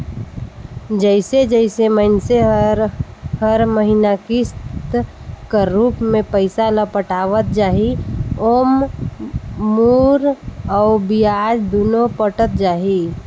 जइसे जइसे मइनसे हर हर महिना किस्त कर रूप में पइसा ल पटावत जाही ओाम मूर अउ बियाज दुनो पटत जाही